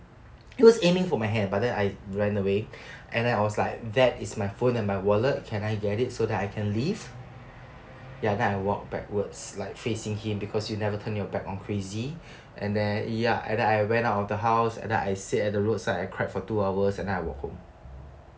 he was aiming for my hand but then I ran away and I was like that is my phone and my wallet can I get it so that I can leave ya then I walk backwards like facing him because you never turn your back on crazy and then ya I went out of the house and then I sit at the roadside and cried for two hours and then I walk home